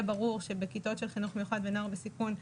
ברור שבכיתות של חינוך מיוחד ונוער בסיכון,